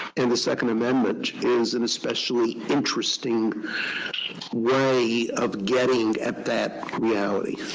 and the second amendment is an especially interesting way of getting at that reality.